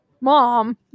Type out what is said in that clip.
mom